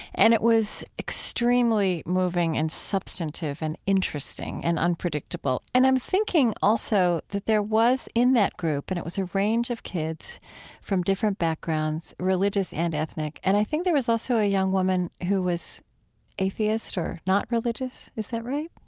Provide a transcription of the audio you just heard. and it was extremely moving and substantive and interesting and unpredictable. and i'm thinking also that there was, in that group, and it was a range of kids from different backgrounds, religious and ethnic. and i think there was also a young woman who was atheist or not religious? is that right?